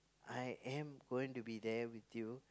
I am going to be there with you